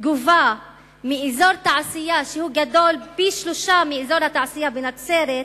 גובה מאזור תעשייה שגדול פי-שלושה מאזור התעשייה בנצרת,